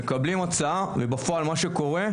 הם מקבלים הצעה ובפועל מה שקורה,